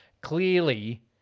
Clearly